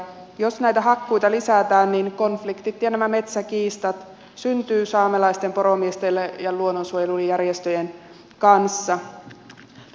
jos näitä hakkuita lisätään niin konfliktit ja nämä metsäkiista syntyi saamelaisten poromiesten ja luonnonsuojelujärjestöjen kanssa syntyy konflikteja ja näitä metsäkiistoja